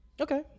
Okay